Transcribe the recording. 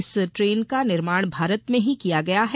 इस ट्रेन का निर्माण भारत में ही किया गया है